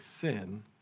sin